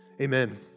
Amen